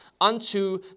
unto